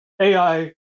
AI